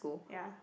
ya